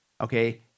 okay